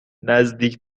نزدیک